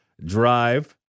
drive